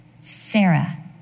Sarah